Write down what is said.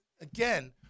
again